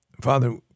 Father